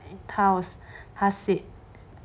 他他 said